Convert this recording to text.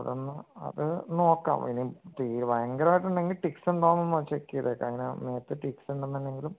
ഓരോന്ന് അത് നോക്കാം ഇനി ഭയങ്കരമായിട്ടുണ്ടെങ്കിൽ ഫിക്സ് ഉണ്ടോ എന്നൊന്ന് ചെക്ക് ചെക്ക് ചെയ്തേക്കൂ അങ്ങനെ നേരത്തെ ഫിക്സ് ഉണ്ടെന്നുണ്ടെങ്കിലും